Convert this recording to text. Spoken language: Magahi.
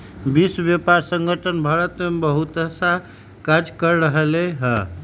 विश्व व्यापार संगठन भारत में बहुतसा कार्य कर रहले है